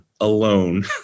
alone